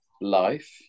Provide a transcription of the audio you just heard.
life